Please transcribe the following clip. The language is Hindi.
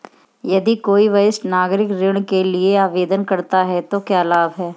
यदि कोई वरिष्ठ नागरिक ऋण के लिए आवेदन करता है तो क्या लाभ हैं?